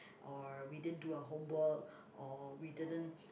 or we didn't do our homework or we didn't